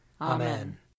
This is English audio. Amen